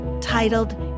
titled